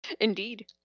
Indeed